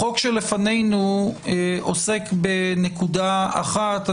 החוק שלפנינו עוסק בנקודה אחת.